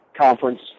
conference